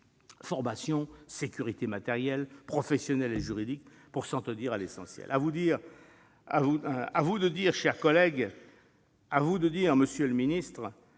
formation, sécurité matérielle, professionnelle et juridique pour s'en tenir à l'essentiel. À vous de dire, chers collègues, monsieur le ministre,